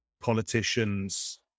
politicians